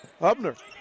Hubner